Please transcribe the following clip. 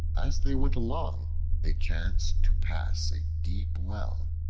as they went along they chanced to pass a deep well,